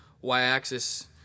Y-axis